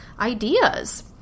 ideas